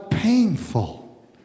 Painful